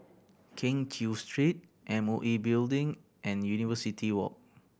Keng Cheow Street M O E Building and University Walk